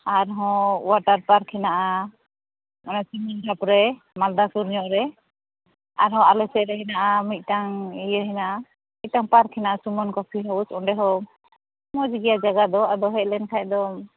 ᱟᱨᱦᱚᱸ water park ᱦᱮᱱᱟᱜᱼᱟ ᱚᱱᱟ ᱨᱮ ᱢᱟᱞᱫᱟ ᱥᱩᱨ ᱧᱚᱜ ᱨᱮ ᱟᱨᱦᱚᱸ ᱟᱞᱮ ᱥᱮᱫ ᱨᱮ ᱦᱮᱱᱟᱜᱼᱟ ᱢᱤᱫᱴᱟᱝ ᱤᱭᱟᱹ ᱦᱮᱱᱟᱜᱼᱟ ᱢᱤᱫᱴᱟᱝ ᱯᱟᱨᱠ ᱦᱮᱱᱟᱜᱼᱟ ᱥᱩᱢᱚᱱ ᱠᱚᱯᱷᱤ ᱦᱟᱹᱣᱩᱥ ᱚᱸᱰᱮ ᱦᱚᱸ ᱢᱚᱡᱽ ᱜᱮᱭᱟ ᱡᱟᱭᱜᱟ ᱫᱚ ᱟᱫᱚ ᱦᱮᱡ ᱞᱮᱱᱠᱷᱟᱱ ᱫᱚᱢ